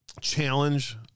challenge